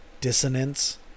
dissonance